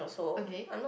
okay